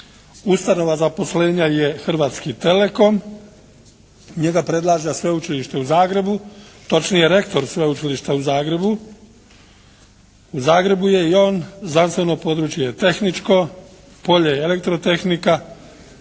Ustanova zaposlenja je Hrvatski telecom. Njega predlaže Sveučilište u Zagrebu, točnije rektor Sveučilišta u Zagrebu. U Zagrebu je i on, znanstveno područje je tehničko, polje elektrotehnika.